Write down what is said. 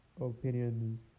opinions